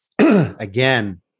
again